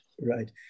Right